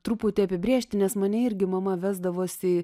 truputį apibrėžti nes mane irgi mama vesdavosi